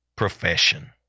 profession